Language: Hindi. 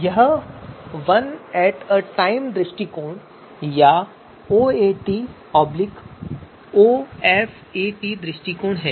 यह वन एट ए टाइम दृष्टिकोण या OATOFAT दृष्टिकोण है